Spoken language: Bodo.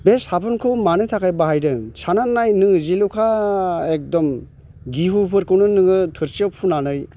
बे साफुनखौ मानि थाखाय बाहायदों सान्नानै नाय नोङो जिल'खा एकदम गिहुफोरखौनो नोङो थोरसियाव फुनानै